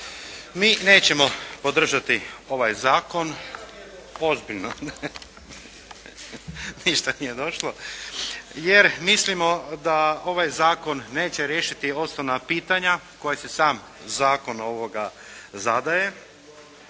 Mi nećemo podržati ovaj zakon… …/Upadica se ne čuje./… Ozbiljno. Ništa nije došlo, jer mislimo da ovaj zakon neće riješiti osnovna pitanja koja će sam zakon zadaje.